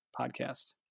podcast